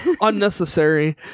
Unnecessary